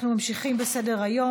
אנחנו ממשיכים בסדר-היום,